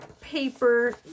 paper